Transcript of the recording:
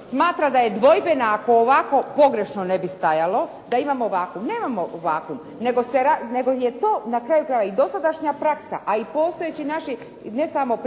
smatra da je dvojbena ako ovako pogrešno ne bi stajalo da imamo vakum. Nemamo vakum nego je to na kraju krajeva i dosadašnja praksa a i postojeći naši ne samo